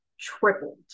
tripled